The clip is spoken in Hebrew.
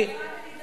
זה לא חזר.